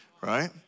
right